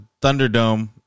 Thunderdome